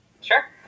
Sure